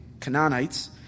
Canaanites